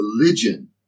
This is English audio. religion